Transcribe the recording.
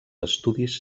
estudis